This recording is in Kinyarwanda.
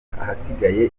ahasigaye